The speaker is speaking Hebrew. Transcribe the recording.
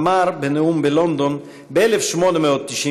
אמר בנאום בלונדון ב-1896.